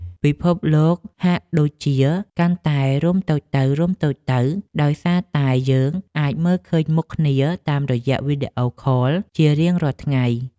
ពិភពលោកហាក់ដូចជាកាន់តែរួមតូចទៅៗដោយសារតែយើងអាចមើលឃើញមុខគ្នាតាមរយៈវីដេអូខលជារៀងរាល់ថ្ងៃ។